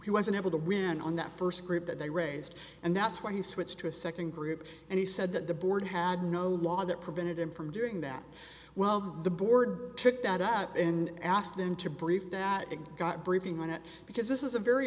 he wasn't able to win on that first group that they raised and that's why he switched to a second group and he said that the board had no law that prevented him from doing that well the board took that up and asked them to brief that it got briefing on it because this is a very